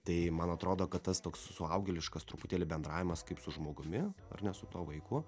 tai man atrodo kad tas toks suaugėliškas truputėlį bendravimas kaip su žmogumi ar ne su tuo vaiku